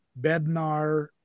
Bednar